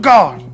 God